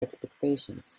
expectations